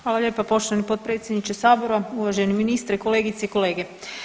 Hvala lijepa poštovani potpredsjedniče Sabora, uvaženi ministre, kolegice i kolege.